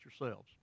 yourselves